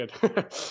good